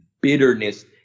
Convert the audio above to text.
bitterness